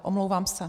Omlouvám se.